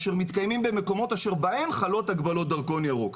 אשר מתקיימים במקומות אשר בהם חלות הגבלות דרכון ירוק.